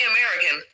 American